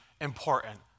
important